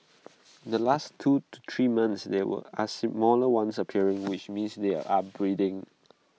in the last two to three months there were A smaller ones appearing which means they are breeding